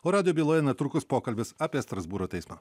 o radijo byloje netrukus pokalbis apie strasbūro teismą